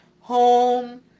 home